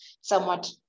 somewhat